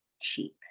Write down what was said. cheap